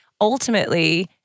ultimately